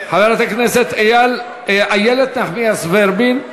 חברת הכנסת איילת נחמיאס ורבין,